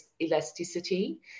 elasticity